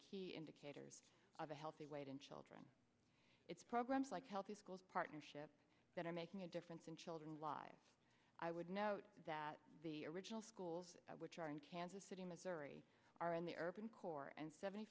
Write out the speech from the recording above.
key indicators of a healthy weight in children it's programs like healthy schools partnership that are making a difference in children's lives i would note that the original schools which are in kansas city missouri are in the urban core and seventy